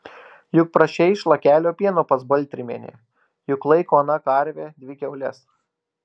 juk prašei šlakelio pieno pas baltrimienę juk laiko ana karvę dvi kiaules